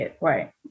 right